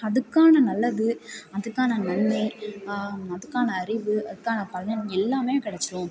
அதுக்கான நல்லது அதுக்கான நன்மை அதுக்கான அறிவு அதுக்கான பலன் எல்லாம் கெடைச்சுரும்